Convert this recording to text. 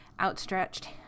outstretched